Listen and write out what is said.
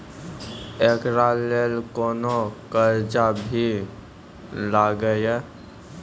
एकरा लेल कुनो चार्ज भी लागैये?